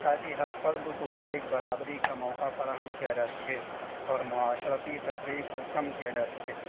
تاکہ ہر فرد کو ایک برابری کا موقع فراہم کیا جا سکے اور معاشرتی تفریق کو کم کیا جا سکے